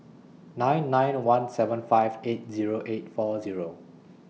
nine nine one seven five eight Zero eight four Zero